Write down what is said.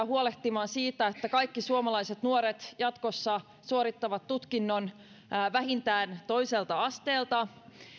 huolehtimaan siitä että kaikki suomalaiset nuoret jatkossa suorittavat tutkinnon vähintään toiselta asteelta